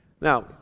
now